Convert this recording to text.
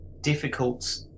difficult